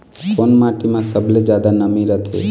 कोन माटी म सबले जादा नमी रथे?